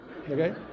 Okay